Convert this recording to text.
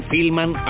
Filman